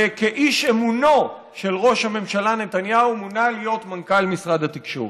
וכאיש אמונו של ראש הממשלה נתניהו הוא מונה להיות מנכ"ל משרד התקשורת.